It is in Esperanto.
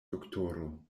doktoro